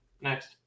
Next